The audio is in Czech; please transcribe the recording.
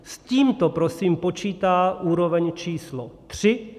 S tímto prosím počítá úroveň číslo tři.